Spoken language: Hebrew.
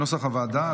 כנוסח הוועדה,